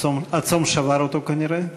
הצום שבר אותו כנראה.